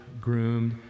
groomed